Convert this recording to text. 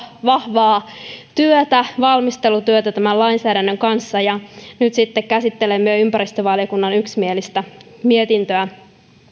vahvaa valmistelutyötä tämän lainsäädännön kanssa ja nyt sitten käsittelemme ympäristövaliokunnan yksimielistä mietintöä